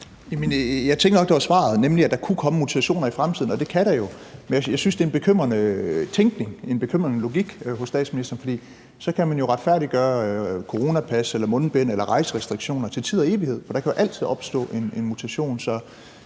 nemlig at der kunne komme mutationer i fremtiden, og det kan der jo. Men jeg synes, det er en bekymrende tænkning og en bekymrende logik hos statsministeren, for så kan man retfærdiggøre coronapas eller mundbind eller rejserestriktioner til tid og evighed, for der kan jo altid opstå en mutation.